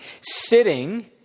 Sitting